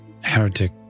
heretic